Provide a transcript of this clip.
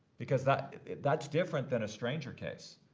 because that's that's different than a stranger case.